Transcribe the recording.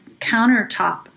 countertop